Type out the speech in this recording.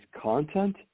content